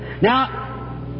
Now